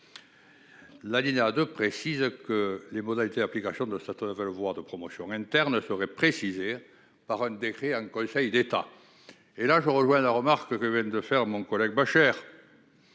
L'alinéa 2 précise que les modalités d'application de certains veulent voir de promotion interne serait précisée par un décret en Conseil d'État. Et là je rejoins la remarque que même de faire mon collègue Bocher.